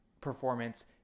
performance